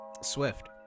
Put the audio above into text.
Swift